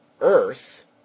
Earth